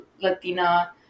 latina